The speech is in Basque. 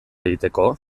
egiteko